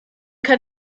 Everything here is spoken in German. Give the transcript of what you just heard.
kann